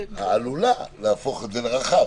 יואב.